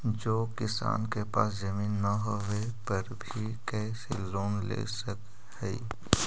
जे किसान के पास जमीन न होवे पर भी कैसे लोन ले सक हइ?